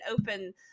open